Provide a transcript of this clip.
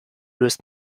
löst